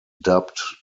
dubbed